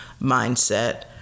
mindset